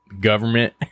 Government